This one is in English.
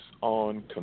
on